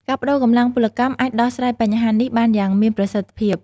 ការប្តូរកម្លាំងពលកម្មអាចដោះស្រាយបញ្ហានេះបានយ៉ាងមានប្រសិទ្ធភាព។